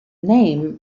name